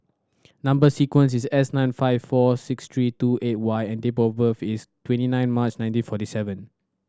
number sequence is S nine five four six three two eight Y and date of birth is twenty nine March nineteen forty seven